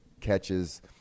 catches